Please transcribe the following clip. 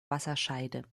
wasserscheide